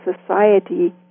society